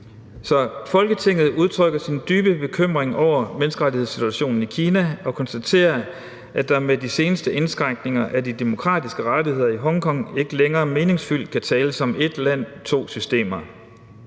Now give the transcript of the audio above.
»Folketinget udtrykker sin dybe bekymring over menneskerettighedssituationen i Kina og konstaterer, at der med de seneste indskrænkninger af de demokratiske rettigheder i Hongkong ikke længere meningsfuldt kan tales om ét-land-to-systemer.